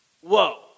whoa